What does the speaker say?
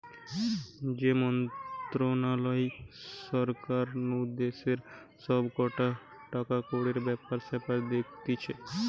যে মন্ত্রণালয় সরকার নু দেশের সব কটা টাকাকড়ির ব্যাপার স্যাপার দেখতিছে